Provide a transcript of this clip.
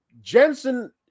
Jensen